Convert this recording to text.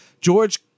george